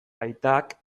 aitak